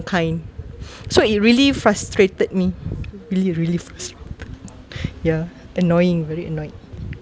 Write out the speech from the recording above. kind so it really frustrated me really really frustrated ya annoying very annoyed